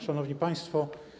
Szanowni Państwo!